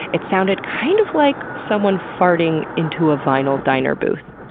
it sounded kind of like someone farting into a vinyl diner booth.